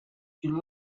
you